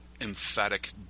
emphatic